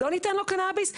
לא ניתן לו קנביס?